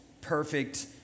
perfect